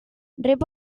rep